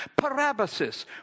parabasis